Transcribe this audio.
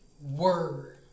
word